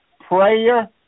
prayer